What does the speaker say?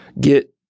get